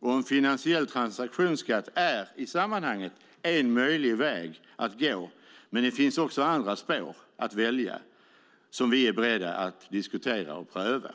En finansiell transaktionsskatt är i sammanhanget en möjlig väg att gå, men det finns också andra spår att välja som vi är beredda att diskutera och pröva.